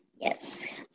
Yes